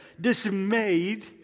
dismayed